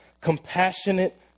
compassionate